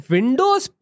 Windows